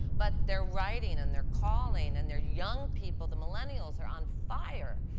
but they're writing and they're calling and they're young people the millennials are on fire.